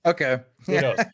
okay